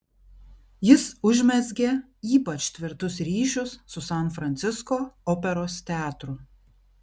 jis užmezgė ypač tvirtus ryšius su san francisko operos teatru